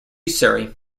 surrey